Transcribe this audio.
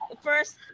first